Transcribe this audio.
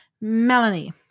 Melanie